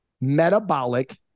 metabolic